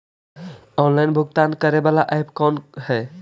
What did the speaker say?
Online भुगतान करे बाला ऐप कौन है?